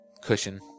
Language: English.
cushion